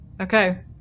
Okay